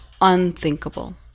unthinkable